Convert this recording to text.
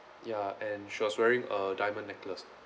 ya and she was wearing a diamond necklace